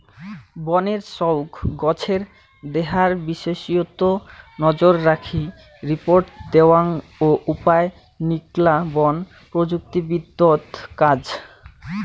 বনের সউগ্ গছের দেহার বিষয়ত নজররাখি রিপোর্ট দ্যাওয়াং ও উপায় নিকলা বন প্রযুক্তিবিদত কাজ